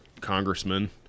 congressman